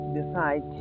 decide